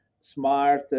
smart